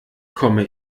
komme